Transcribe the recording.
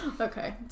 Okay